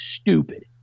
stupid